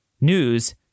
News